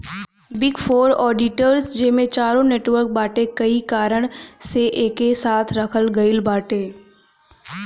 big four auditors जेमे चारो network बाटे कई कारण से एके साथे रखल गईल बाटे